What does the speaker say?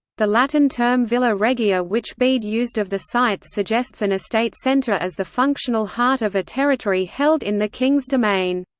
the latin term villa regia which bede used of the site suggests an estate centre as the functional heart of a territory held in the king's demesne.